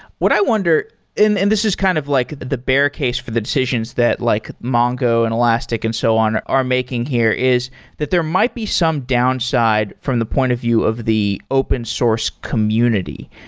what i wonder and this is kind of like the bear case for the decisions that like mongo and elastic and so on are making here, is that there might be some downside from the point of view of the open source community.